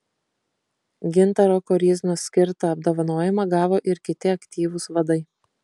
gintaro koryznos skirtą apdovanojimą gavo ir kiti aktyvūs vadai